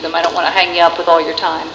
them i don't want to hang up all your time